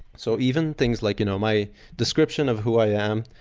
so even things like you know my description of who i am.